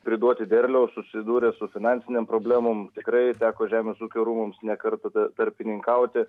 priduoti derliaus susidūrė su finansinėm problemom tikrai teko žemės ūkio rūmams ne kartą ta tarpininkauti